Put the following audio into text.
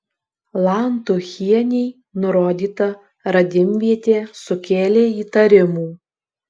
lantuchienei nurodyta radimvietė sukėlė įtarimų